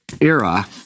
era